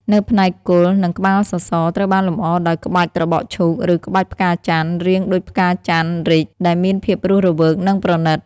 នៅផ្នែក គល់ និងក្បាលសសរ ត្រូវបានលម្អដោយ ក្បាច់ត្របកឈូក ឬ ក្បាច់ផ្កាចន្ទន៍ (រាងដូចផ្កាចន្ទន៍រីក) ដែលមានភាពរស់រវើក និងប្រណិត។